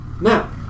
Now